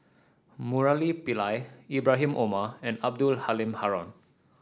Murali Pillai Ibrahim Omar and Abdul Halim Haron